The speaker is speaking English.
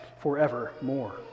forevermore